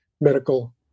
medical